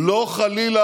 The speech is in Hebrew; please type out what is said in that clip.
בכל מקרה,